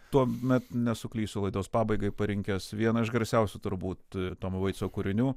tuomet nesuklysiu laidos pabaigai parinkęs vieną iš garsiausių turbūt tomo veitso kūrinių